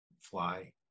fly